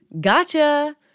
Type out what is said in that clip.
gotcha